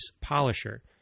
polisher